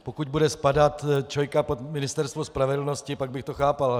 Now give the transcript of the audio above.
Pokud bude spadat ČOI pod Ministerstvo spravedlnosti, pak bych to chápal.